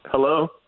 Hello